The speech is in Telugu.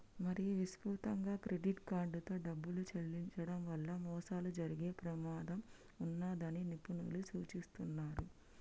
మరీ విస్తృతంగా క్రెడిట్ కార్డుతో డబ్బులు చెల్లించడం వల్ల మోసాలు జరిగే ప్రమాదం ఉన్నదని నిపుణులు సూచిస్తున్నరు